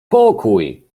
pokój